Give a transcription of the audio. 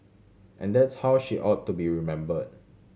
and that's how she ought to be remembered